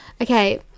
Okay